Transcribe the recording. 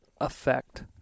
effect